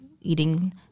eating